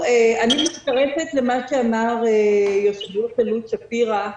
אני מצטרפת אל מה שאמר מנכ"ל אלו"ט עמוס שפירא.